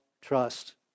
trust